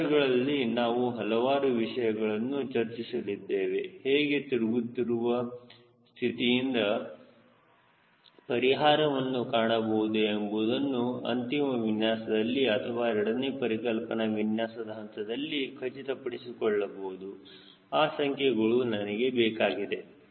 ರಡ್ಡರ್ಗಳಲ್ಲಿನಾವು ಹಲವಾರು ವಿಷಯಗಳನ್ನು ಚರ್ಚಿಸಲಿದ್ದೇವೆ ಹೇಗೆ ತಿರುಗುತ್ತಿರುವ ಸ್ಥಿತಿಯಿಂದ ಪರಿಹಾರವನ್ನು ಕಾಣಬಹುದು ಎಂಬುದನ್ನು ಅಂತಿಮ ವಿನ್ಯಾಸದಲ್ಲಿ ಅಥವಾ ಎರಡನೇ ಪರಿಕಲ್ಪನಾ ವಿನ್ಯಾಸದ ಹಂತದಲ್ಲಿ ಖಚಿತಪಡಿಸಿಕೊಳ್ಳಬಹುದು ಆ ಸಂಖ್ಯೆಗಳು ನನಗೆ ಬೇಕಾಗಿದೆ